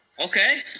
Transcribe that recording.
Okay